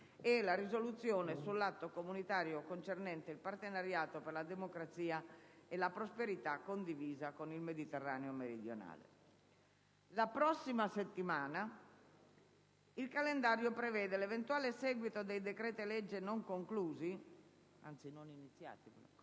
e la risoluzione sull'atto comunitario concernente «Partenariato per la democrazia e la prosperità condivisa con il Mediterraneo meridionale». La prossima settimana il calendario prevede l'eventuale seguito dei decreti-legge non conclusi, la discussione dei